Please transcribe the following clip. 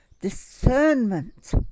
discernment